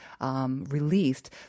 Released